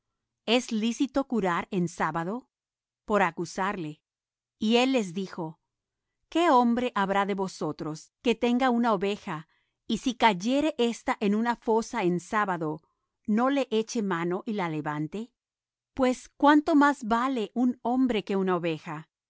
es lícito curar en sábado por acusarle y él les dijo qué hombre habrá de vosotros que tenga una oveja y si cayere ésta en una fosa en sábado no le eche mano y la levante pues cuánto más vale un hombre que una oveja